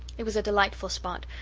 it was a delightful spot,